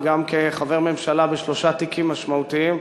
וגם כחבר ממשלה בשלושה תיקים משמעותיים.